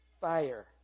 fire